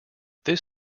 this